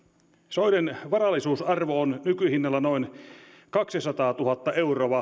soiden varallisuusarvo on nykyhinnalla noin kaksisataatuhatta